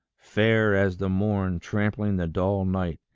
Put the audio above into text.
fair as the morn trampling the dull night.